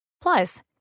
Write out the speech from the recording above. Plus